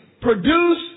produce